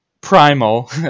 primal